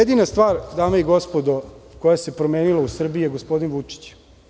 Jedina stvar dame i gospodo koja se promenila u Srbiji je gospodin Vučić.